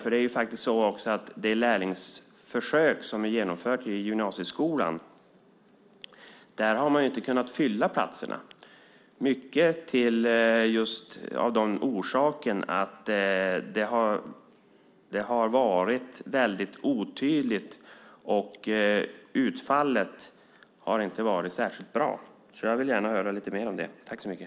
I det försök som är genomfört i gymnasieskolan har man inte kunnat fylla platserna till stor del på grund av att det har varit otydligt. Utfallet har inte varit särskilt bra. Jag vill höra mer om det.